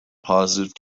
positive